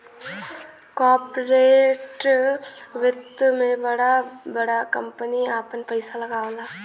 corporate वित्त मे बड़ा बड़ा कम्पनी आपन पइसा लगावला